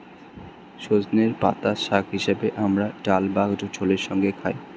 সজনের পাতা শাক হিসেবে আমরা ডাল বা ঝোলের সঙ্গে খাই